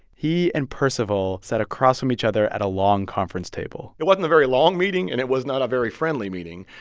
he and percival sat across from each other at a long conference table it wasn't a very long meeting, and it was not a very friendly meeting.